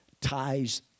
ties